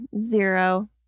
zero